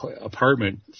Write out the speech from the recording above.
apartment